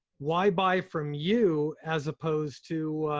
why buy from you, as opposed to